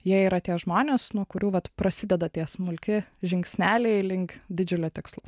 jie yra tie žmonės nuo kurių vat prasideda tie smulki žingsneliai link didžiulio tikslo